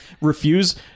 Refuse